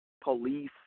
Police